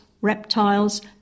reptiles